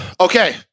Okay